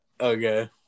okay